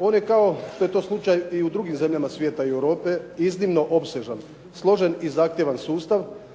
On je kao što je to slučaj i u drugim zemljama svijeta i Europe, iznimno opsežan, složen i zahtjevan sustav